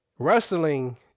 Wrestling